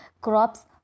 crops